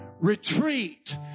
Retreat